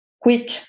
quick